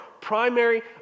primary